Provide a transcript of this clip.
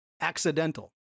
accidental